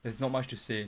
there's not much to say